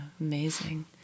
Amazing